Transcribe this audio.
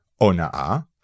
ona'a